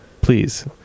please